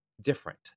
different